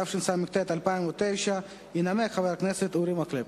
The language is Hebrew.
התשס"ט 2009. ינמק חבר הכנסת אורי מקלב.